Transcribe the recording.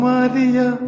Maria